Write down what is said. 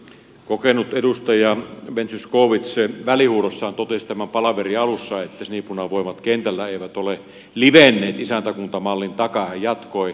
kokenut edustaja ben zyskowicz välihuudossaan totesi tämän palaverin alussa että sinipunavoimat kentällä eivät ole livenneet isäntäkuntamallin takaa ja hän jatkoi